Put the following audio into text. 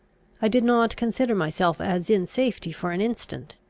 i did not consider myself as in safety for an instant.